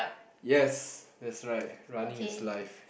yes that's right running is life